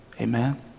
Amen